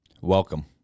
Welcome